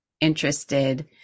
interested